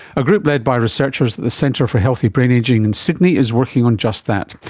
a group led by researchers at the centre for healthy brain ageing in sydney is working on just that.